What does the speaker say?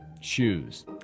Shoes